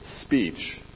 speech